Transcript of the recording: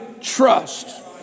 trust